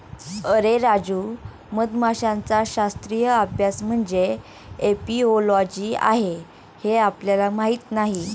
अरे राजू, मधमाशांचा शास्त्रीय अभ्यास म्हणजे एपिओलॉजी आहे हे आपल्याला माहीत नाही